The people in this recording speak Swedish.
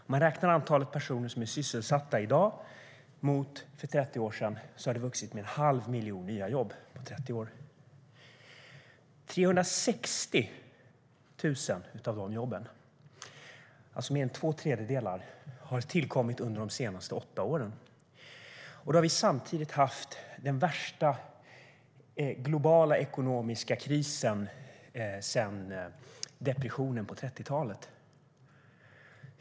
Om man räknar antalet personer som är sysselsatta i dag och jämför det med antalet för 30 år sedan har siffran ökat med 1⁄2 miljon på 30 år. Av de jobben har 360 000, alltså mer än två tredjedelar, tillkommit under de senaste åtta åren. Då har vi samtidigt haft den värsta globala ekonomiska krisen sedan depressionen på 1930-talet.